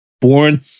born